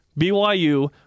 BYU